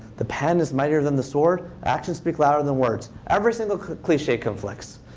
the pen is mightier than the sword. actions speak louder than words. every single cliche conflicts.